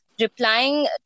replying